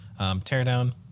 Teardown